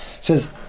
Says